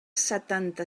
setanta